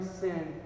sin